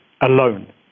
alone